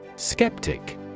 Skeptic